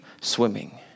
Swimming